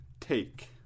take